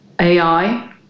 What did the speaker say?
AI